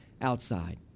outside